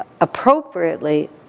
appropriately